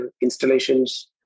installations